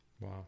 wow